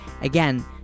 Again